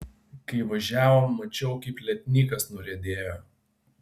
kai važiavom mačiau kaip lietnykas nuriedėjo